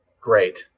great